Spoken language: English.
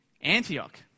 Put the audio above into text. Antioch